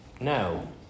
No